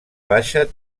baixa